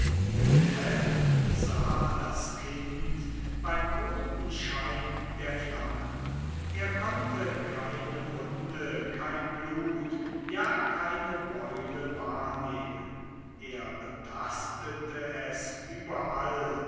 wilhelm besah das kind beim roten schein der flamme er konnte keine wunde kein blut ja keine beule wahrnehmen er betastete es überall